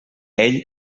ell